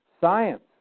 science